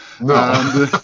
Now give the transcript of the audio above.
No